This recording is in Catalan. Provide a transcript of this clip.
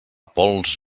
pols